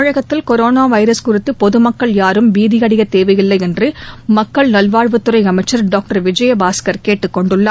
தமிழகத்தில் corona virus குறித்து பொதுமக்கள் யாரும் பீதியடையத் தேவையில்லை என்று மக்கள் நல்வாழ்வுத் துறை அமைச்சர் டாக்டர் விஜயபாஸ்கர் கேட்டுக் கொண்டுள்ளார்